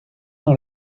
dans